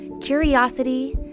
curiosity